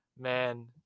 Man